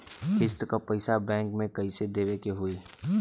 किस्त क पैसा बैंक के कइसे देवे के होई?